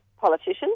politicians